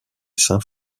saint